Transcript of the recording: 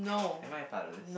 am I a part of this